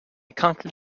conquered